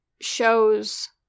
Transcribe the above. shows